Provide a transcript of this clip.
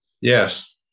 Yes